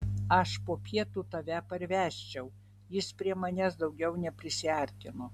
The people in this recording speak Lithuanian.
aš po pietų tave parvežčiau jis prie manęs daugiau neprisiartino